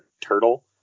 turtle